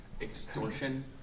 extortion